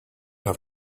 have